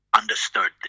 understood